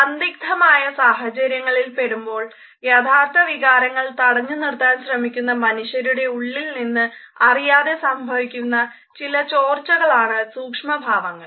സന്ദിഗ്ദമായ സാഹചര്യങ്ങളിൽ പെടുമ്പോൾ യഥാർത്ഥ വികാരങ്ങൾ തടഞ്ഞു നിർത്താൻ ശ്രമിക്കുന്ന മനുഷ്യരുടെ ഉള്ളിൽ നിന്ന് അറിയാതെ സംഭവിക്കുന്ന ചില ചോർച്ചകളാണ് സൂക്ഷ്മഭാവങ്ങൾ